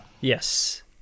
Yes